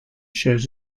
shows